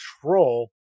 control